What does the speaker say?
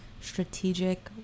strategic